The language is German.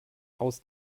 aus